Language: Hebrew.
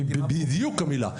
היא בדיוק המילה.